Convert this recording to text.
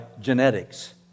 genetics